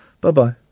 Bye-bye